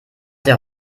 der